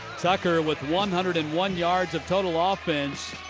tucker with one hundred and one yards of total ah offense